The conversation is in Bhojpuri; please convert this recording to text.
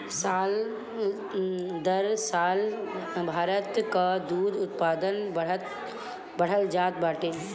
साल दर साल भारत कअ दूध उत्पादन बढ़ल जात बाटे